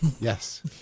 Yes